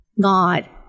God